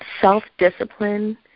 self-discipline